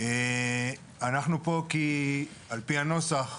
אנחנו פה כי על פי הנוסח,